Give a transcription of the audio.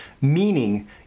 meaning